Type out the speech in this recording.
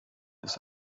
ist